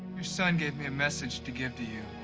your son gave me a message to give to you.